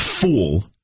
fool